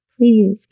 please